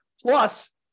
Plus